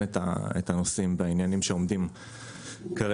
את הנושאים ואת העניינים שעומדים כרגע.